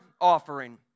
offering